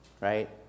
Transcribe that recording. right